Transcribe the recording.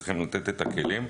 צריכים לתת את הכלים.